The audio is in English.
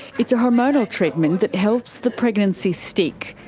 it's a hormonal treatment that helps the pregnancy stick,